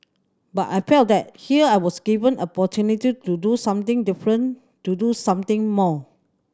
but I felt that here I was given opportunity to do something different to do something more